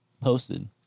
posted